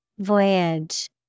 Voyage